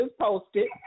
posted